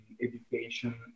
education